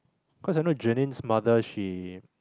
cause I know Janine's mother she